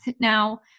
Now